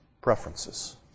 preferences